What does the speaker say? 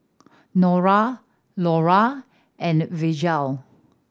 Norah Lorna and Virgel